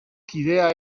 kidea